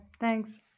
Thanks